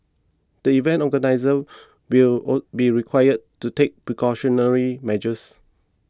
the event organisers will all be required to take precautionary measures